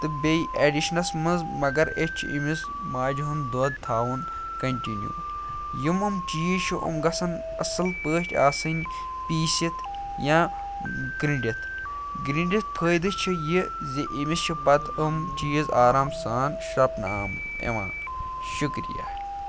تہٕ بیٚیہِ اٮ۪ڈِشنَس منٛز مگر أسۍ چھِ أمِس ماجہِ ہُنٛد دۄد تھاوُن کَنٹِنیوٗ یِم یِم چیٖز چھِ یِم گژھَن اَصٕل پٲٹھۍ آسٕنۍ پیٖسِتھ یا گِرٛنڈِتھ گِرٛنڈِتھ فٲیدٕ چھِ یہِ زِ أمِس چھِ پَتہٕ یِم چیٖز آرام سان شرٛۄپنہٕ یِوان شُکریہ